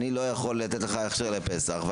אני לא יכול לתת לך הכשר לפסח.